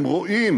הם רואים,